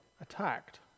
attacked